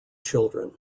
children